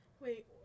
Wait